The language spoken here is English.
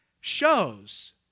shows